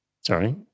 Sorry